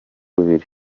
bubiri